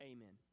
Amen